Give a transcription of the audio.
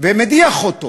ומדיח אותו